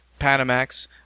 Panamax